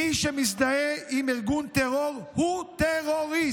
מי שמזדהה עם ארגון טרור הוא טרוריסט,